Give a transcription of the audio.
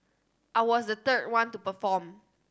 I was the third one to perform